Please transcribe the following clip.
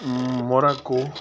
Morocco